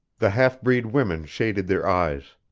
the half-breed women shaded their eyes.